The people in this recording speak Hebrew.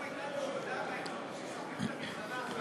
היום הייתה הודעה בעיתונות שסוגרים את המכללה החרדית.